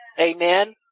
Amen